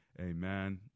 amen